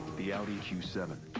the audi q seven.